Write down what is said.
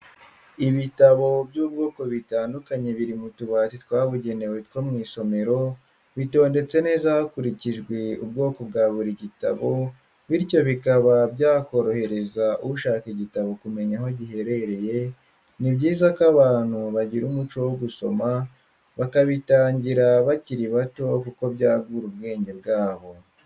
Ibitabo by'ubwoko butandukanye biri mu tubati twabugenewe two mu isomero, bitondetse neza hakurikijwe ubwo bwa buri gitabo bityo bikaba byakorohereza ushaka igitabo kumenya aho giherereye, ni byiza ko abantu bagira umuco wo gusoma bakabitangira bakiri bato kuko byagura ubwenge bwabo.